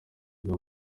igwa